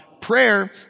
prayer